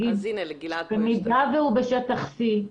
במידה והוא בשטח C,